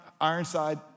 Ironside